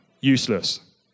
Useless